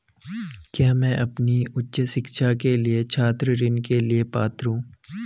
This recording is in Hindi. क्या मैं अपनी उच्च शिक्षा के लिए छात्र ऋण के लिए पात्र हूँ?